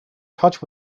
touch